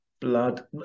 blood